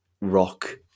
rock